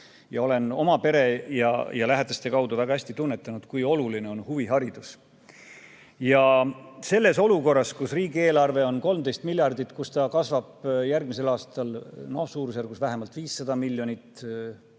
Olen oma pere ja teiste lähedaste kaudu väga hästi tunnetanud, kui oluline on huviharidus. Ja selles olukorras, kus riigieelarve on 13 miljardit, kus see kasvab järgmisel aastal suurusjärgus vähemalt 500 miljonit,